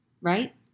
right